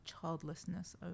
childlessness